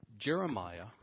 Jeremiah